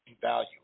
value